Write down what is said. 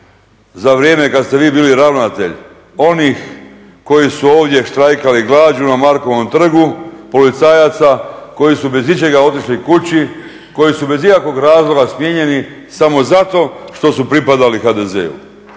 za vrijeme kad ste vi bili ravnatelj onih koji su ovdje štrajkali glađu na Markovom trgu, policajaca koji su bez ičega otišli kući, koji su bez ikakvog razloga smijenjeni samo zato što su pripadali HDZ-u.